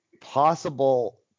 possible